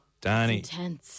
Danny